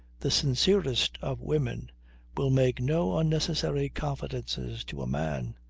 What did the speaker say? the sincerest of women will make no unnecessary confidences to a man.